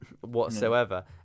whatsoever